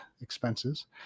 expenses